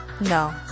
no